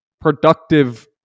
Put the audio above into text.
productive